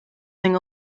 sing